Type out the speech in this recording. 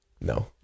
No